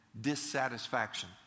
dissatisfaction